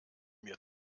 mir